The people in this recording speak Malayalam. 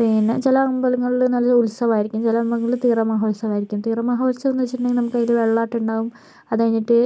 പിന്നെ ചില അമ്പലങ്ങളിൽ നല്ല ഉത്സവം ആയിരിക്കും ചില അമ്പലങ്ങളിൽ തിറമഹോത്സവം ആയിരിക്കും തിറ മഹോത്സവം എന്ന് വെച്ചിട്ടുണ്ടെങ്കിൽ നമുക്ക് അതിൽ വെള്ളാട്ടമുണ്ടാകും അതുകഴിഞ്ഞിട്ട്